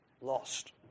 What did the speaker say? lost